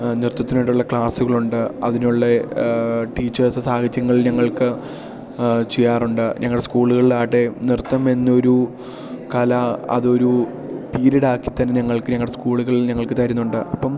നൃത്തത്തിനായിട്ടുള്ള ക്ലാസ്സുകളുണ്ട് അതിനുള്ള ടീച്ചേഴ്സ് സാഹചര്യങ്ങൾ ഞങ്ങൾക്ക് ചെയ്യാറുണ്ട് ഞങ്ങളുടെ സ്കൂളുകളിലാകട്ടെ നൃത്തം എന്നൊരു കല അതൊരു പീരിയഡ് ആക്കിത്തന്നെ ഞങ്ങൾക്ക് ഞങ്ങളുടെ സ്കൂളുകളിൽ ഞങ്ങൾക്ക് തരുന്നുണ്ട് അപ്പം